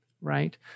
right